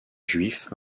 juifs